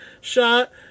shot